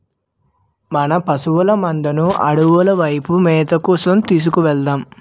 మన పశువుల మందను అడవుల వైపు మేతకు తీసుకు వెలదాం